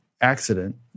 accident